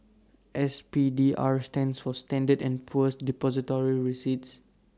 S P D R stands for standard and Poor's Depository receipts